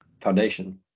foundation